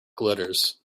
glitters